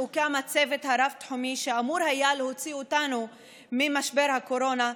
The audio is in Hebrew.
כשהוקם הצוות הרב-תחומי שאמור היה להוציא אותנו ממשבר הקורונה,